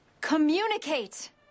Communicate